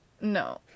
No